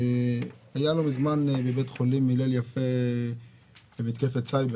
הייתה לא מזמן בבית חולים הלל יפה מתקפת סייבר,